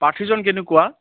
প্ৰাৰ্থীজন কেনেকুৱা